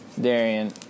Darian